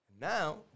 Now